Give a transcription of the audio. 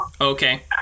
Okay